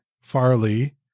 Farley